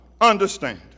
Understand